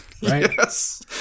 Yes